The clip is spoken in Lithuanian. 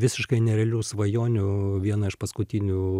visiškai nerealių svajonių viena iš paskutinių